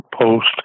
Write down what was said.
Post